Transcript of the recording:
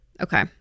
Okay